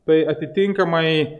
tai atitinkamai